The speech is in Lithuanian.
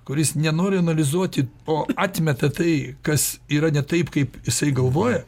kuris nenori analizuoti o atmeta tai kas yra ne taip kaip jisai galvoja